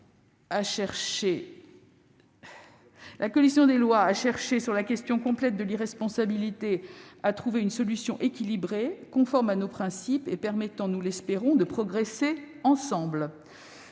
La commission des lois a cherché, sur la question complexe de l'irresponsabilité, à trouver une solution équilibrée, conforme à nos principes et permettant, nous l'espérons, de progresser ensemble.